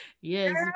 yes